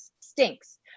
stinks